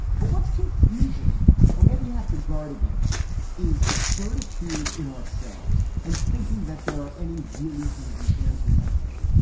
but what's confusing and what we have to guard against is certitude in ourselves and thinking that there are any really easy answers out there,